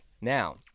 Now